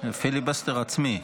--- פיליבסטר עצמי.